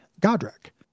Godric